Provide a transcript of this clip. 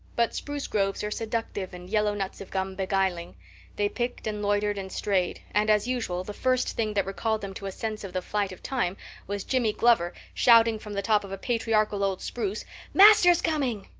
but spruce groves are seductive and yellow nuts of gum beguiling they picked and loitered and strayed and as usual the first thing that recalled them to a sense of the flight of time was jimmy glover shouting from the top of a patriarchal old spruce master's coming.